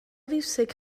fiwsig